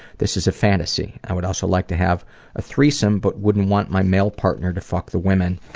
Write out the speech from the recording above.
this is a fantasy. i would also like to have a threesome but wouldn't want my male partner to fuck the women,